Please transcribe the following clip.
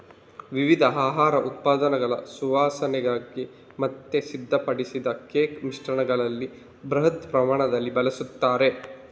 ವಿವಿಧ ಆಹಾರ ಉತ್ಪನ್ನಗಳ ಸುವಾಸನೆಗಾಗಿ ಮತ್ತೆ ಸಿದ್ಧಪಡಿಸಿದ ಕೇಕ್ ಮಿಶ್ರಣಗಳಲ್ಲಿ ಬೃಹತ್ ಪ್ರಮಾಣದಲ್ಲಿ ಬಳಸ್ತಾರೆ